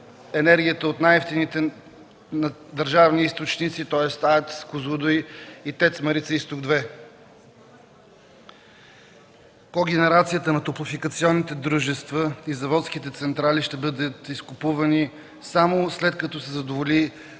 енергията от най-евтините държавни източници, тоест АЕЦ „Козлодуй” и ТЕЦ „Марица Изток 2”, по генерацията на топлофикационните дружества и заводските централи, ще бъдат изкупувани само, след като се задоволи